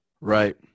Right